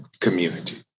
community